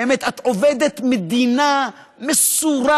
באמת, את עובדת מדינה מסורה,